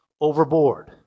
overboard